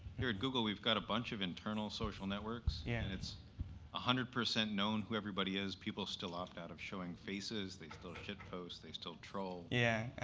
here at google, we've got a bunch of internal social networks, yeah and it's one ah hundred percent known who everybody is. people still opt out of showing faces. they still shitpost. they still troll. yeah